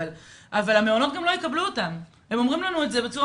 אבל המעונות גם לא יקבלו אותם והם אומרים לנו זאת בצורה